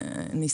לא קיבלנו פניות.